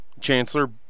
Chancellor